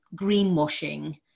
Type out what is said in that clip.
greenwashing